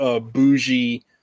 bougie